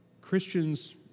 Christians